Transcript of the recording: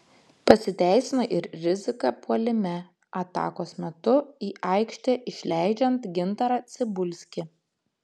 pasiteisino ir rizika puolime atakos metu į aikštę išleidžiant gintarą cibulskį